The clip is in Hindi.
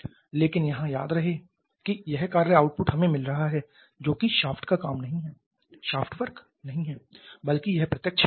लेकिन यहां याद रखें कि यह कार्य आउटपुट हमें मिल रहा है जो कि शाफ्ट का काम नहीं है बल्कि यह प्रत्यक्ष बिजली है